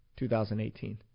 2018